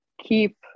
keep